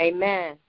Amen